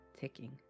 ticking